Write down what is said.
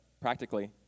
practically